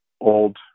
old